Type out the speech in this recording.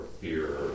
fear